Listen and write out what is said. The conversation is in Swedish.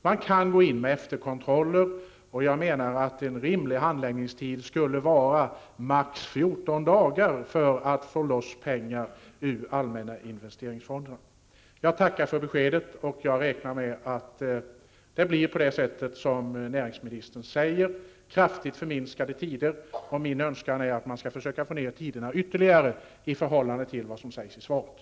Man kan göra efterkontroller, och jag menar att en rimlig handläggningstid skulle vara maximalt 14 dagar för att ''få loss'' pengar ur allmänna investeringsfonder. Jag tackar för beskedet och räknar med att det blir på det sätt som näringsministern säger: kraftigt förkortade tider. Min önskan är också att man skall försöka få ned tiderna ytterligare i förhållande till vad som sägs i svaret.